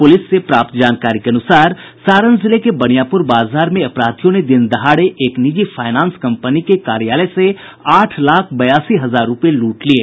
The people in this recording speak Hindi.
पूलिस से प्राप्त जानकरी के अनुसार सारण जिले के बनियापुर बाजार में अपराधियों ने दिनदहाड़े एक निजी फाइनेंस कंपनी के कार्यालय से आठ लाख बयासी हजार रुपये लूट लिये